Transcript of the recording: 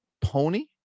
pony